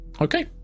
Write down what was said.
Okay